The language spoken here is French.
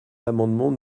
l’amendement